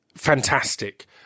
fantastic